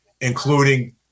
including